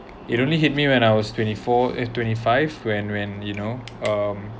it only hit me when I was twenty four ya twenty five when when you know um